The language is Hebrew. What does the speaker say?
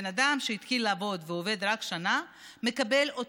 בן אדם שהתחיל לעבוד ועובד רק שנה מקבל את